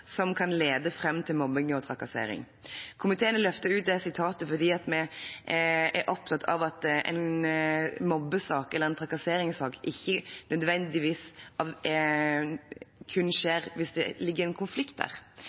som kan lede frem til mobbing/trakassering». Komiteen vil løfte fram det sitatet fordi vi er opptatt av at en mobbesak eller trakasseringssak ikke nødvendigvis kun skjer hvis det ligger en konflikt der.